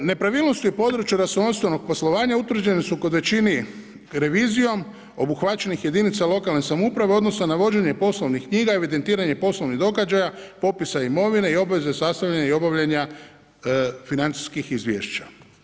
Nepravilnosti u području računovodstveno poslovanja utvrđene su kod većine revizijom obuhvaćenih jedinica lokalne samouprave u odnosu na vođenje poslovnih knjiga, evidentiranje poslovnih događaja, popisa imovine i obveze sastavljanja i obavljanja financijskih izvješća.